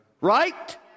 Right